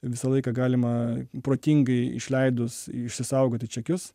visą laiką galima protingai išleidus išsisaugoti čekius